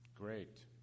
Great